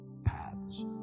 Paths